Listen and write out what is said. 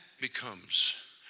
becomes